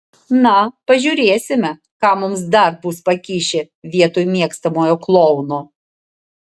na pažiūrėsime ką mums dar bus pakišę vietoj mėgstamojo klouno